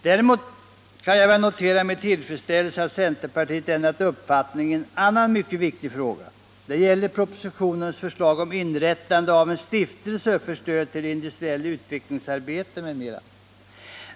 Däremot kan jag väl notera med tillfredsställelse att centerpartiet ändrat uppfattning i en annan mycket viktig fråga. Det gäller propositionens förslag om inrättande av en stiftelse för stöd till industriellt utvecklingsarbete m.m.